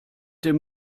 dem